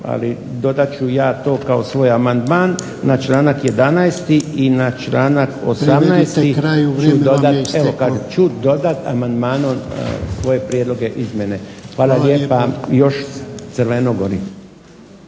ali dodat ću ja to kao svoj amandman na članak 11. i na članak 18. ću dodati amandmanom svoje prijedloge i izmjene. Hvala lijepa. Još crveno gori.